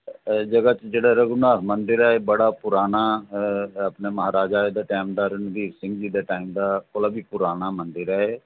ज'गा च जेह्ड़ा रघुनाथ मंदिर ऐ एह् बड़ा पराना अपने महाराजा दे टाइम दा रणबीर सिंह दे टाइम दा कोला बी पराना मंदर ऐ एह्